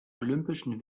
olympischen